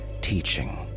teaching